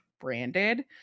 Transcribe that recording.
branded